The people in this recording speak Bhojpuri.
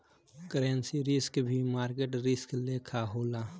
करेंसी रिस्क भी मार्केट रिस्क लेखा होला